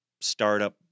startup